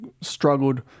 struggled